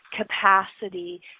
capacity